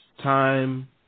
time